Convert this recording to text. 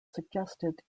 suggested